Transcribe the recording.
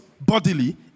bodily